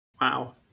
Wow